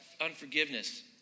unforgiveness